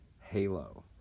Halo